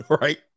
Right